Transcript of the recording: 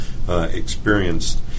Experienced